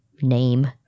name